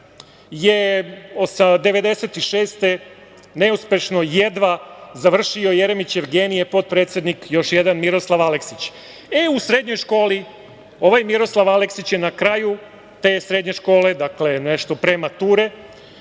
je 1996. godine jedva završio Jeremićev genije, potpredsednik, još jedan Miroslav Aleksić.U srednjoj školi, ovaj Miroslav Aleksić je na kraju te srednje škole, dakle, nešto pre mature,